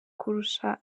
kurusha